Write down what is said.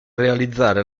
realizzare